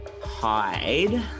hide